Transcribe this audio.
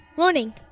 Morning